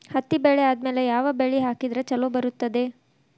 ಹತ್ತಿ ಬೆಳೆ ಆದ್ಮೇಲ ಯಾವ ಬೆಳಿ ಹಾಕಿದ್ರ ಛಲೋ ಬರುತ್ತದೆ?